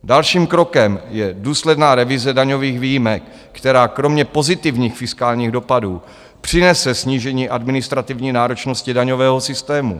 Dalším krokem je důsledná revize daňových výjimek, která kromě pozitivních fiskálních dopadů přinese snížení administrativní náročnosti daňového systému.